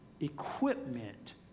equipment